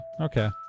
okay